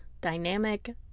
dynamic